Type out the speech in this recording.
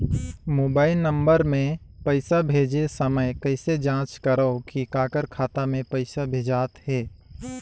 Mobile number मे पइसा भेजे समय कइसे जांच करव की काकर खाता मे पइसा भेजात हे?